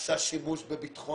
עשה שימוש בביטחון